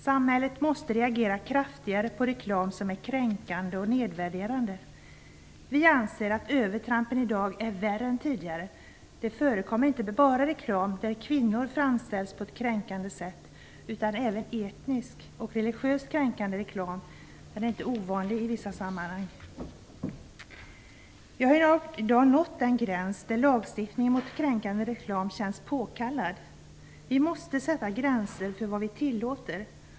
Samhället måste reagera kraftigare på reklam som är kränkande och nedvärderande. Vi anser att övertrampen i dag är värre än tidigare. Det förekommer inte bara reklam där kvinnor framställs på ett kränkande sätt, utan det är inte heller ovanligt med etniskt och religiöst kränkande reklam i vissa sammanhang. Vi har i dag nått den gräns där lagstiftning mot kränkande reklam känns påkallad. Vi måste sätta gränser för vad vi tillåter.